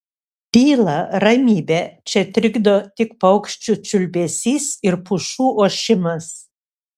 tylą ramybę čia trikdo tik paukščių čiulbesys ir pušų ošimas